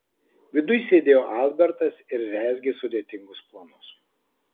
viduj sėdėjo albertas ir rezgė sudėtingus planus